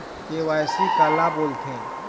KYC काला बोलथें?